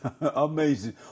Amazing